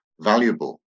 valuable